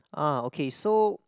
ah okay so